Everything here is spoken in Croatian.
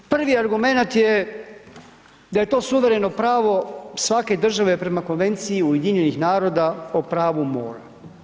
Prvi argument je da je to suvereno pravo svake države prema Konvenciji UN-a o pravu mora.